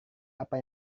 apa